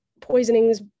poisonings